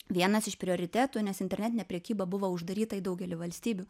vienas iš prioritetų nes internetinė prekyba buvo uždaryta į daugelį valstybių